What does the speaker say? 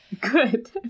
Good